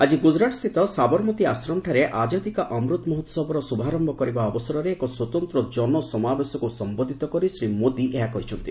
ଆଜି ଗୁଜରାଟ ସ୍ଥିତ ସାବରମତୀ ଆଶ୍ରମଠାରେ 'ଆକ୍ଷାଦି କା ଅମୃତ ମହୋତ୍ସବ'ର ଶୁଭାରମ୍ଭ କରିବା ଅବସରରେ ଏକ ସ୍ପତନ୍ତ ଜନ ସମାବେଶକୁ ସମ୍ଘୋଧିତ କରି ଶ୍ରୀ ମୋଦୀ ଏହା କହିଛନ୍ତି